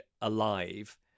alive